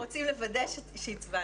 הם רוצים לוודא שהצבענו.